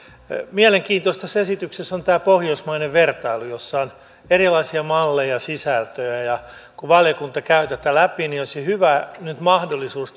mielenkiintoista tässä esityksessä on tämä pohjoismainen vertailu jossa on erilaisia malleja ja sisältöjä ja kun valiokunta käy tätä läpi niin nyt olisi hyvä mahdollisuus